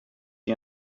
die